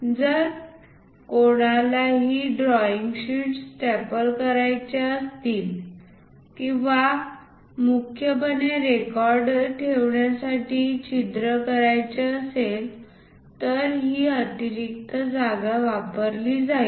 जर कोणाला ही ड्रॉईंग शीट स्टेपल करायच्या असतील किंवा मुख्यपणे रेकॉर्ड ठेवण्यासाठी छिद्र करायचे असेल तर ही अतिरिक्त जागा वापरली जाईल